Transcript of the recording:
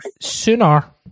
sooner